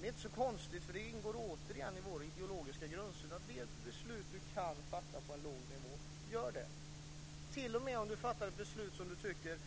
Det är inte så konstigt, för det ingår återigen i vår ideologiska grundsyn: Kan du fatta ett beslut på en låg nivå, gör det - t.o.m. om du fattar ett beslut som du tycker